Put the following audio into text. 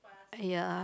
ya